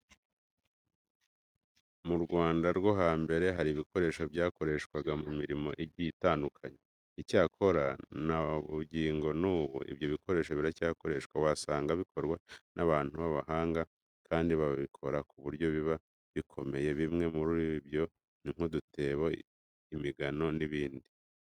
Mu Rwanda rwo hambere hari ibikoresho byakoreshwaga mu mirimo igiye itandukanye. Icyakora na bugingo n'ubu, ibyo bikoresho biracyakoreshwa. Wasangaga bikorwa n'abantu b'abahanga, kandi bakabikora ku buryo biba bikomeye. Bimwe muri byo ni nk'udutebo, imigano n'ibindi.